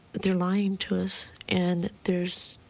they're lying to us. and there's